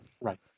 Right